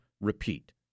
repeat